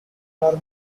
army